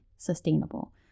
sustainable